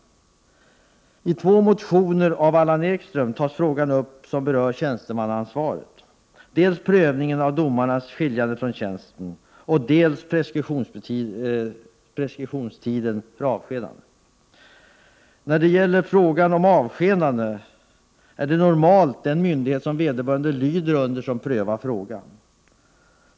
I två motioner av Allan Ekström tas frågan om tjänstemannaansvaret upp, dels prövningen av domares skiljande från tjänsten, dels preskriptionstiden för avskedande. När det gäller frågan om avskedande är det normalt den myndighet som vederbörande lyder under som prövar frågan.